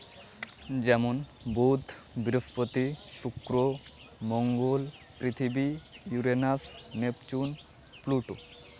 ᱡᱮᱢᱚᱱ Budh Brihaspati Shukra Mangal Prithvi Uranus Neptune Pluto